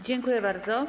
Dziękuję bardzo.